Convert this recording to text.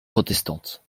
protestantes